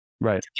Right